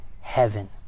heaven